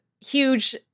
huge